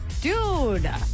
Dude